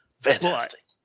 Fantastic